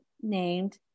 named